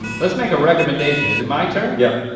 um let's make a recommendation, is it my turn? yep.